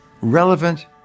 relevant